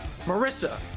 Marissa